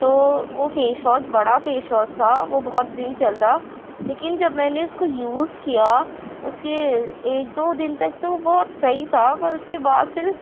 تو وہ face wash بڑا فیش واس تھا وہ بہت دن چلتا لیکن جب میں نے اس کو یوز کیا اس کے ایک دو دن تک تو بہت سہی تھا پر اس کے بعد پھر